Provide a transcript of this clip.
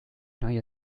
neue